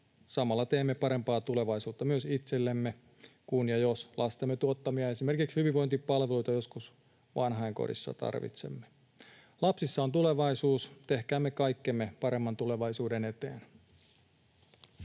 Samalla teemme parempaa tulevaisuutta myös itsellemme, kun ja jos esimerkiksi lastemme tuottamia hyvinvointipalveluita joskus vanhainkodissa tarvitsemme. Lapsissa on tulevaisuus. Tehkäämme kaikkemme paremman tulevaisuuden eteen.